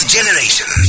Generation